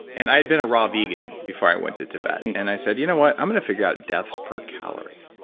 and i had been raw vegan before i went to tibet, and and i said, you know what? i'm going to figure out deaths per calorie.